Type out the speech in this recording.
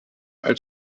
als